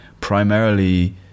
primarily